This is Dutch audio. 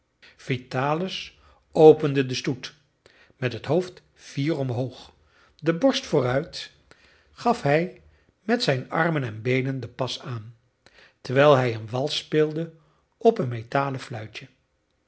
vitalis opende den stoet met het hoofd fier omhoog de borst vooruit gaf hij met zijn armen en beenen den pas aan terwijl hij een wals speelde op een metalen fluitje